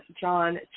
John